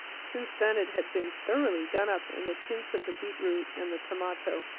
since then it had been thoroughly done up, in the tints of the beet-root and the tomato,